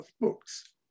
books